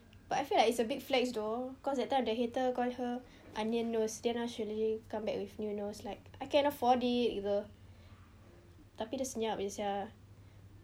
but I feel it's a bit flex though cause that time the hater call her onion nose then now she really have to come back with new nose like I can afford it gitu tapi dia senyap jer sia